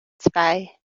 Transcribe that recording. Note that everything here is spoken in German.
zwei